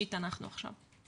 אנחנו עכשיו בחמישית.